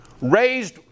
Raised